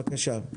בבקשה.